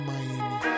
Miami